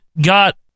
got